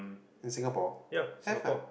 in Singapore have meh